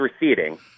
receding